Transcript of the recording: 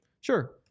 Sure